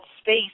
space